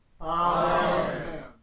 Amen